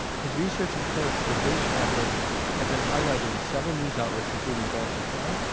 his research in commercialization effort have been highlighted in several news outlets including the baltimore sun,